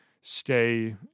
stay